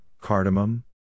cardamom